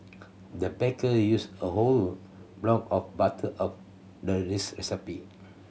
the baker used a whole block of butter of the this recipe